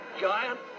giant